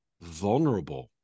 vulnerable